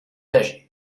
âgées